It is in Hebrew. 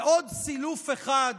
ועוד סילוף אחד